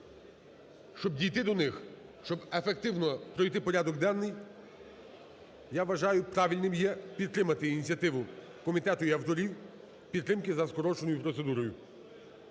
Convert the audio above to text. Щоб дійти до них, щоб ефективно пройти порядок денний, я вважаю правильним є підтримати ініціативу комітету і авторів підтримки за скороченою процедурою.